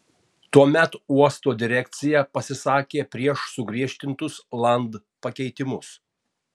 tuomet uosto direkcija pasisakė prieš sugriežtintus land pakeitimus